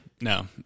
No